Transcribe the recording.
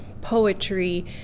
poetry